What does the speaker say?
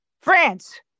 France